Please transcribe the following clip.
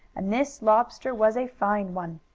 and this lobster was a fine one.